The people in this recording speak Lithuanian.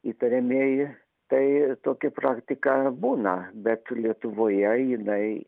įtariamieji tai tokia praktika būna bet lietuvoje jinai